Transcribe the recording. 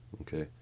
Okay